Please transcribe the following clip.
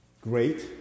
great